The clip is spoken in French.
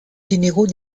généraux